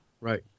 right